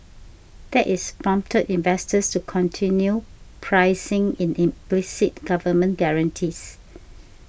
that's prompted investors to continue pricing in implicit government guarantees